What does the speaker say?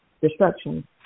destruction